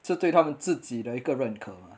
这对他们自己的一个认可啊